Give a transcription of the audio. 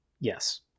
Yes